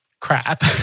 crap